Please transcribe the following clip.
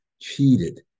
cheated